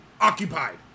occupied